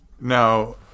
Now